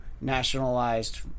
nationalized